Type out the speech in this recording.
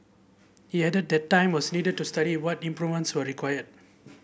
he added that time was needed to study what improvements were required